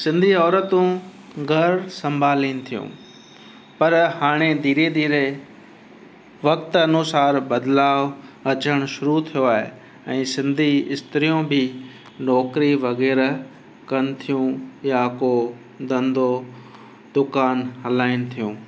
सिंधी औरतूं घरु संभालनि थियूं पर हाणे धीरे धीरे वक़्त अनुसारु बदलाव अचणु शुरू थियो आहे ऐं सिंधी स्त्रियूं बि नौकिरी वग़ैरह कनि थियूं या को धंधो दुकानु हलाइनि थियूं